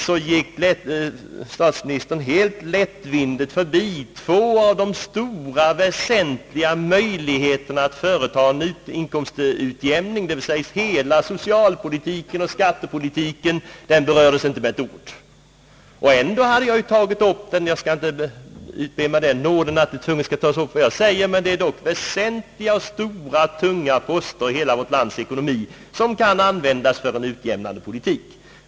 Han gick emellertid lättvindigt förbi två av de väsentliga möjligheterna att företa en inkomstutjämning, dvs. han berörde inte med ett ord hela socialpolitiken och skattepolitiken. Ändå hade jag tagit upp detta i mitt anförande — men jag utber mig naturligtvis inte den nåden att allt vad jag säger tvunget skall bemötas. Det är dock här fråga om väsentliga och stora poster i vårt lands ekonomi som kan användas för en utjämnande politik.